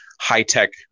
high-tech